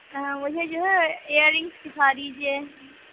ہاں مجھے جو ہے ایئر رنگس دکھا دیجیے